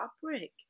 fabric